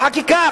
בחקיקה,